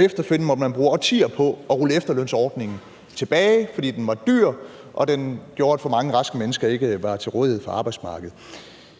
Efterfølgende måtte man bruge årtier på at rulle efterlønsordningen tilbage, fordi den var dyr og gjorde, at for mange raske mennesker ikke var til rådighed for arbejdsmarkedet.